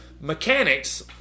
mechanics